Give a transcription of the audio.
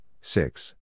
six